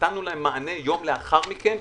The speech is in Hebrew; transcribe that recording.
ונתנו להם מענה יום לאחר מכן.